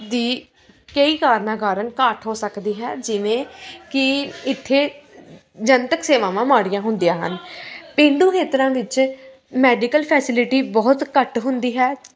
ਦੀ ਕਈ ਕਾਰਨਾਂ ਕਾਰਨ ਘੱਟ ਹੋ ਸਕਦੀ ਹੈ ਜਿਵੇਂ ਕਿ ਇੱਥੇ ਜਨਤਕ ਸੇਵਾਵਾਂ ਮਾੜੀਆਂ ਹੁੰਦੀਆਂ ਹਨ ਪੇਂਡੂ ਖੇਤਰਾਂ ਵਿੱਚ ਮੈਡੀਕਲ ਫੈਸਿਲਿਟੀ ਬਹੁਤ ਘੱਟ ਹੁੰਦੀ ਹੈ